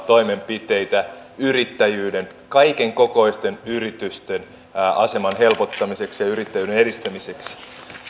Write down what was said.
toimenpiteitä kaikenkokoisten yritysten aseman helpottamiseksi ja yrittäjyyden edistämiseksi